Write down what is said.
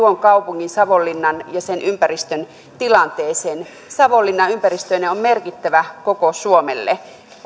kaupungin savonlinnan ja sen ympäristön tilanteeseen savonlinna ympäristöineen on merkittävä koko suomelle